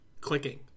clicking